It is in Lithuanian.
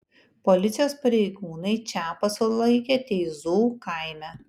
policijos pareigūnai čapą sulaikė teizų kaime